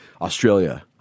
Australia